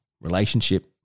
relationship